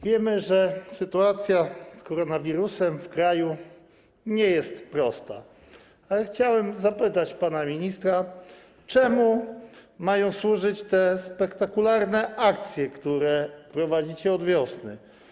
Wiemy, że sytuacja z koronawirusem w kraju nie jest prosta, ale chciałbym zapytać pana ministra, czemu mają służyć te spektakularne akcje, które prowadzicie od wiosny.